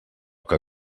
que